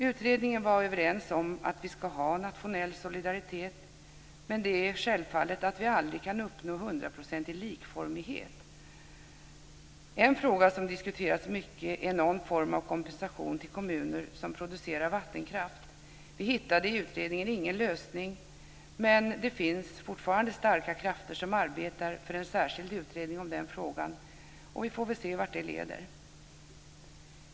Utredningen var överens om att vi ska ha nationell solidaritet, men det är självfallet så att vi aldrig kan uppnå hundraprocentig likformighet. En fråga som diskuterats mycket är någon form av kompensation till kommuner som producerar vattenkraft. Vi hittade ingen lösning i utredningen, men det finns fortfarande starka krafter som arbetar för en särskild utredning om den frågan. Vi får väl se var det leder.